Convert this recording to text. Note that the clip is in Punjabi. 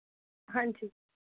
ਹਾਂਜੀ